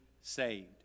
saved